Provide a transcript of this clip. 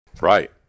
right